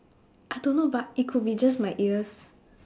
I don't know but it could be just my ears